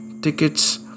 Tickets